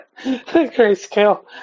grayscale